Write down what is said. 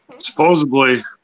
supposedly